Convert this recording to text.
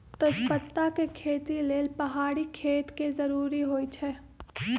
तजपत्ता के खेती लेल पहाड़ी खेत के जरूरी होइ छै